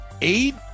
eight